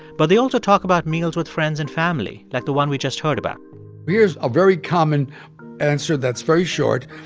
but they also talk about meals with friends and family, like the one we just heard about here's a very common answer that's very short